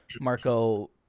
Marco